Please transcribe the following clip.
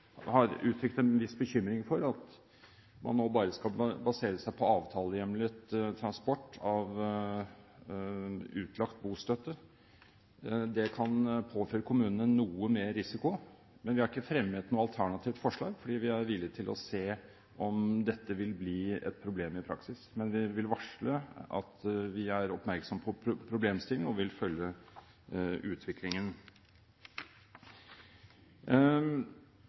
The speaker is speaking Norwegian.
har uttrykt en viss bekymring for at man nå bare skal basere seg på avtalehjemlet transport av utlagt bostøtte. Det kan påføre kommunene noe mer risiko. Vi har ikke fremmet noe alternativt forslag fordi vi er villig til å se om dette vil bli et problem i praksis. Men vi vil varsle at vi er oppmerksom på problemstillingen og vil følge utviklingen.